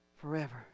forever